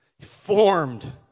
Formed